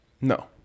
no